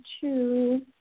choose